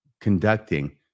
conducting